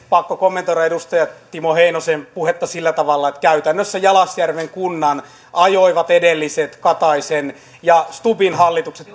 pakko kommentoida edustaja timo heinosen puhetta sillä tavalla että käytännössä jalasjärven kunnan ajoivat pakkoliitokseen edelliset kataisen ja stubbin hallitukset